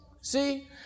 see